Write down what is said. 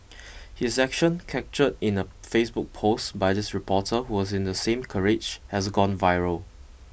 his action captured in a Facebook post by this reporter who was in the same carriage has gone viral